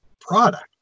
product